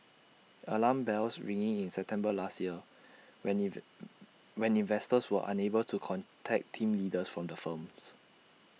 alarm bells ringing in September last year when when investors were unable to contact team leaders from the firms